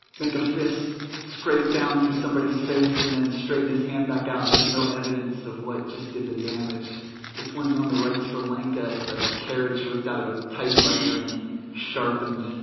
make a fist scrape down through somebody's face and then straighten his hand back out and there's no evidence of what just did the damage this one's on the rights for lenka it's a carriage ripped out of a typewriter and sharpened